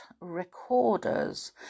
recorders